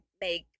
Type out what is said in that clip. make